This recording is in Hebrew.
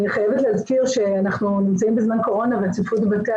אני חייבת להזכיר שאנחנו נמצאים בזמן קורונה והצפיפות בבתי